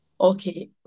Okay